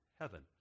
heaven